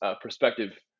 perspective